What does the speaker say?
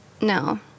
no